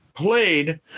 played